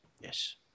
yes